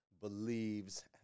believes